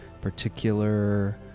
particular